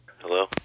Hello